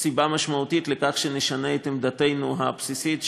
סיבה משמעותית לכך שנשנה את עמדתנו הבסיסית,